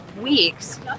weeks